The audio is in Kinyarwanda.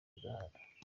kudahana